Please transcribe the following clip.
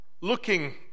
looking